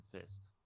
fist